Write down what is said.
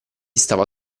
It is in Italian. stava